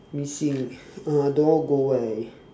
missing uh don't know go where already